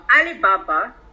Alibaba